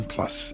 Plus